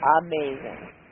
amazing